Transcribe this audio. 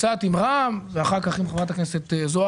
קצת עם רע"מ ואחר כך עם חברת הכנסת זועבי,